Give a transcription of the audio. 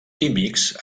químics